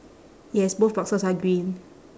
yes both boxes are green